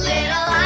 Little